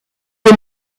des